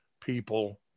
people